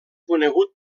conegut